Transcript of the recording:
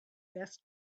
best